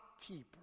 keeper